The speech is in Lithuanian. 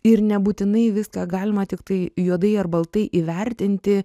ir nebūtinai viską galima tiktai juodai ar baltai įvertinti